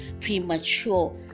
premature